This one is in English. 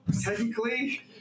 technically